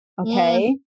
Okay